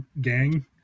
gang